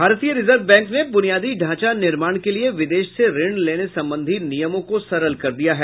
भारतीय Reserve Bank ने बुनियादी ढांचा निर्माण के लिए विदेश से ऋण लेने संबंधी नियमों को सरल कर दिया है